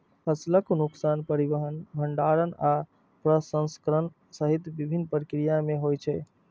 फसलक नुकसान परिवहन, भंंडारण आ प्रसंस्करण सहित विभिन्न प्रक्रिया मे होइ छै